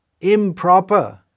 improper